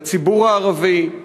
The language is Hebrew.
בציבור הערבי,